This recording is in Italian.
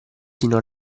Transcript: sino